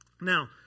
Now